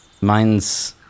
mine's